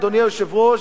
אדוני היושב-ראש,